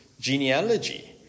genealogy